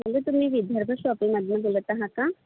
hello तुम्ही विद्याधर शॉपिंगमधनं बोलत आहात का